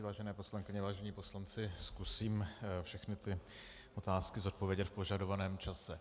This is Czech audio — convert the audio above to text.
Vážené poslankyně, vážení poslanci, zkusím všechny ty otázky zodpovědět v požadovaném čase.